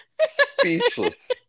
speechless